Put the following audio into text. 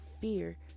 fear